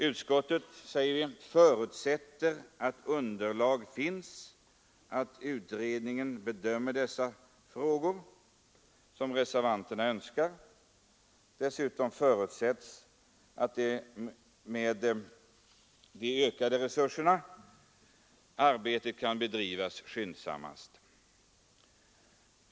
Utskottet förutsätter att underlag finns och att utredningen bedömer dessa frågor, såsom reservanterna önskar. Dessutom förutsättes, med de ökade resurserna, arbetet kunna bedrivas skyndsammast.